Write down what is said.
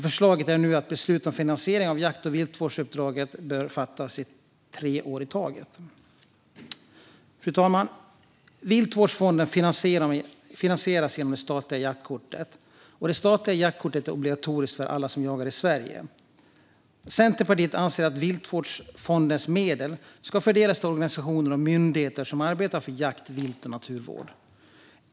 Förslaget är nu att beslut om finansiering av jakt och viltvårdsuppdraget bör fattas för tre år i taget. Fru talman! Viltvårdsfonden finansieras genom det statliga jaktkortet. Det statliga jaktkortet är obligatoriskt för alla som jagar i Sverige. Centerpartiet anser att Viltvårdsfondens medel ska fördelas till organisationer och myndigheter som arbetar för jakt, vilt och naturvård.